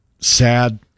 Sad